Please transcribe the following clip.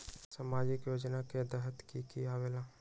समाजिक योजना के तहद कि की आवे ला?